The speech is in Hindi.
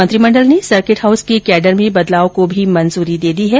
मंत्रिमंडल ने सर्किट हाउस के कैंडर में बदलाव को भी मंजूरी दे दी है